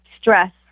Stress